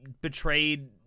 betrayed